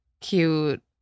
cute